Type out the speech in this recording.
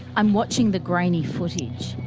i'm watching the grainy footage,